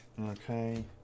Okay